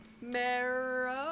Marrow